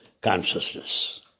consciousness